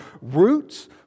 roots